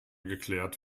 geklärt